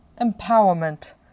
empowerment